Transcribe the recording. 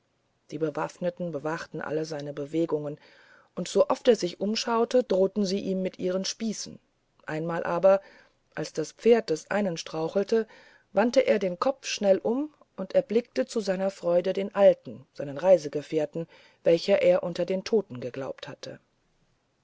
die bewaffneten bewachten alle seine bewegungen und sooft er sich umschaute drohten sie ihm mit ihren spießen einmal aber als das pferd des einen strauchelte wandte er den kopf schnell um und erblickte zu seiner freude den alten seinen reisegefährten welchen er unter den toten geglaubt hatte